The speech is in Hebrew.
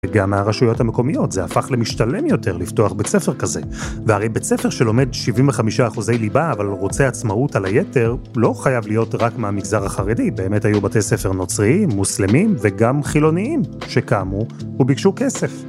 וגם מהרשויות המקומיות, זה הפך למשתלם יותר לפתוח בית ספר כזה. והרי בית ספר שלומד 75% ליבה, אבל רוצה עצמאות על היתר, לא חייב להיות רק מהמגזר החרדי, באמת היו בתי ספר נוצריים, מוסלמים וגם חילוניים, שקמו וביקשו כסף.